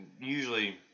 usually